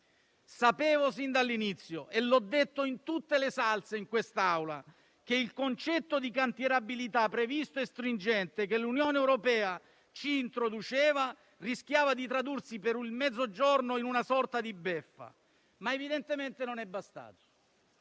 Sapevo fin dall'inizio - e l'ho detto in tutte le salse in quest'Aula - che il concetto di cantierabilità stringente che l'Unione europea ci introduceva rischiava di tradursi per il Mezzogiorno in una sorta di beffa, ma evidentemente non è bastato.